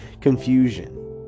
confusion